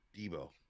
Debo